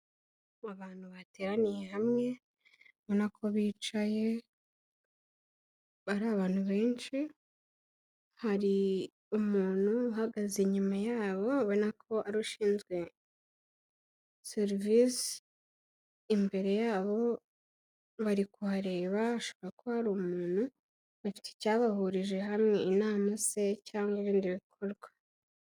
Abantu bateraniye hamwe, ubona ko bicaye ari abantu benshi, hari umuntu uhagaze inyuma yabo abona ko ari ushinzwe serivise, imbere yabo barikuhareba, hashobora kuba hari umuntu, bafite icyabahurije hamwe, inama se cyangwa ibindi bikorwa.